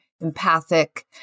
empathic